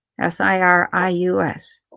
S-I-R-I-U-S